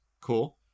Cool